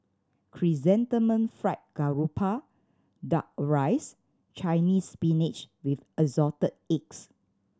Chrysanthemum Fried Garoupa Duck Rice Chinese Spinach with Assorted Eggs